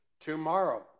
tomorrow